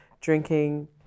drinking